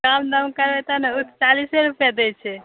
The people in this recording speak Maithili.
कम दाम करबै तब ने ओ तऽ चालीसे रुपआ दै छै